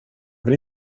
vill